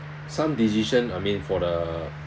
some decision I mean for the